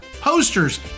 posters